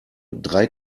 drei